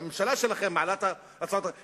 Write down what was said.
והממשלה שלכם מעלה את הצעת החוק הזאת,